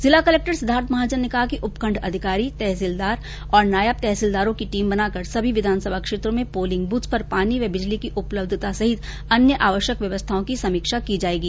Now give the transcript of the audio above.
जिला कलक्टर सिद्धार्थ महाजन ने कहा कि उपखण्ड अधिकारी तहसीलदार और नायब तहसीलदारों की टीम बनाकर सभी विधानसभा क्षेत्रों में पोलिंग बृथ्स पर पानी व बिजली की उपलब्धता सहित अन्य आवश्यक व्यवस्थाओं की समीक्षा की जायेगी